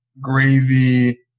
gravy